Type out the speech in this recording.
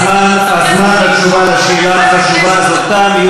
הזמן לתשובה על השאלה החשובה הזאת תם.